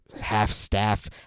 half-staff